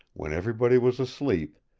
when everybody was asleep,